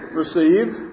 received